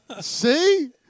See